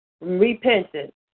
repentance